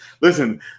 Listen